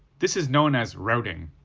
this is known as routing.